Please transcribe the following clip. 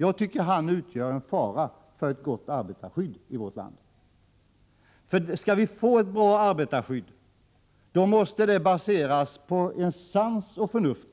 Jag tycker att han utgör en fara för ett gott arbetarskydd i vårt land. Skall vi få ett väl fungerande arbetarskydd måste det baseras på sans och förnuft.